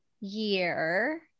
year